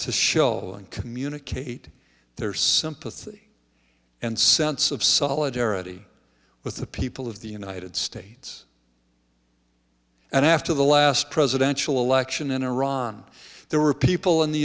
to show and communicate their sympathy and sense of solidarity with the people of the united states and after the last presidential election in iran there were people in the